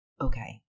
okay